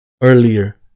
earlier